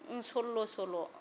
सल्ल' सल'